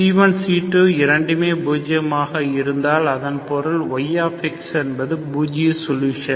c1 c2 இரண்டுமே பூஜ்யமாக இருந்தால் அதன் பொருள் y என்பது பூஜ்ஜிய சொல்யூஷன்